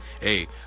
Hey